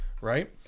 right